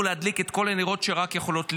להדליק את כל הנורות שרק יכולות להיות.